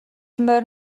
морь